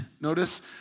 notice